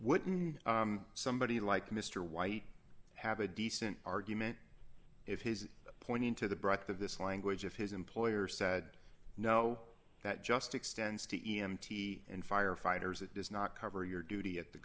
wouldn't somebody like mr white have a decent argument if his pointing to the breadth of this language if his employer said no that just extends the e m t and firefighters it does not cover your duty at the